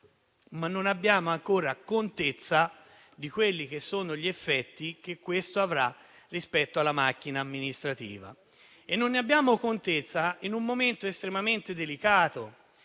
ma non abbiamo ancora contezza degli effetti che avrà rispetto alla macchina amministrativa. Non ne abbiamo contezza in un momento estremamente delicato